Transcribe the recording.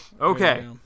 okay